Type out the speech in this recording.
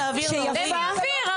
למי אוויר?